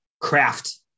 craft